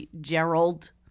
Gerald